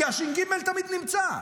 כי הש"ג תמיד נמצא,